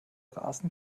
rasen